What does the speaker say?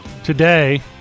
Today